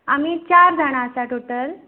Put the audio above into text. आमी चार जाणा आसा टॉटल